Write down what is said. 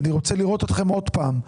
אני רוצה לראות אתכם עוד פעם,